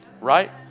Right